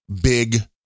big